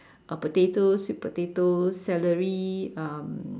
or potatoes sweet potatoes celery um